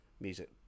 music